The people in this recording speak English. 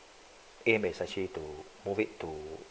aim is actually to move it to